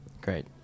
Great